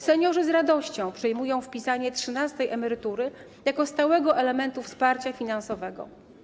Seniorzy z radością przyjmują wpisanie trzynastej emerytury jako stałego elementu wsparcia finansowego.